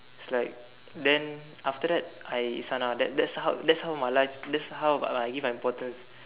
is like then after that I Isana that that's how that's how my life that's how I give my importance